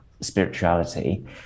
spirituality